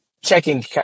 checking